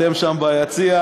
אתם שם ביציע,